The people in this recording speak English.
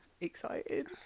Excited